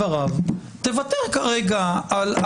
הכנסת אבידר ולא הוצאתי את מי שאמר אותן.